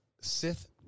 sith